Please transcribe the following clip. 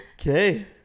okay